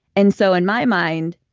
and so in my mind,